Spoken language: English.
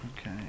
Okay